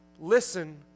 listen